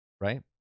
right